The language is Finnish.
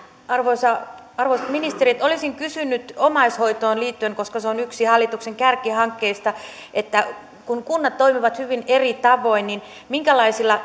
arvoisat ministerit olisin kysynyt omaishoitoon liittyen koska se on yksi hallituksen kärkihankkeista kun kunnat toimivat hyvin eri tavoin minkälaisia